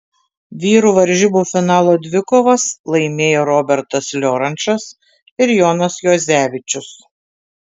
vyrų varžybų finalo dvikovas laimėjo robertas liorančas ir jonas juozevičius